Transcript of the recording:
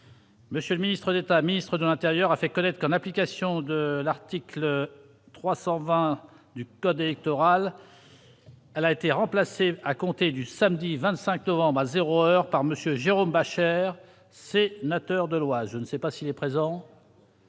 d'État, ministre de l'Intérieur a fait connaître qu'en application de l'article 320 du code électoral, elle a été remplacé à compter du samedi 25 novembre à 0 heure par Monsieur Jérôme, pas cher, c'est Nater de loi je ne sais pas s'il est présent.